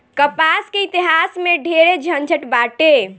कपास के इतिहास में ढेरे झनझट बाटे